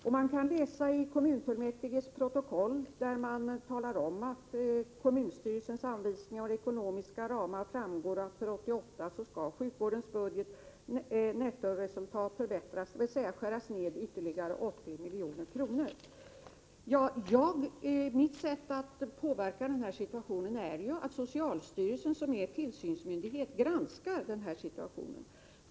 Och i kommunfullmäktiges protokoll talar man om att av kommunstyrelsens anvisningar och ekonomiska ramar framgår att nettoresultatet när det gäller sjukvårdens budget för 1988 skall förbättras väsentligt, dvs. budgeten skall skäras ned ytterligare med 80 milj.kr. Mitt sätt att påverka i detta fall innebär ju att socialstyrelsen, som är tillsynsmyndighet, granskar den här situationen.